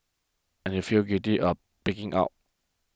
and you feel guilty of pigging out